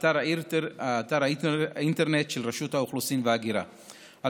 באתר האינטרנט של רשות האוכלוסין וההגירה.